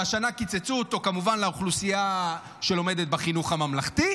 והשנה קיצצו אותו כמובן לאוכלוסייה שלומדת בחינוך הממלכתי,